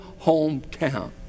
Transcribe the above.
hometown